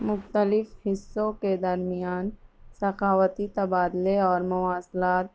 مختلف حصوں کے درمیان ثقاوتی تبادلے اور مواصلات